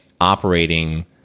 operating